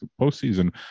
postseason